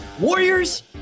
Warriors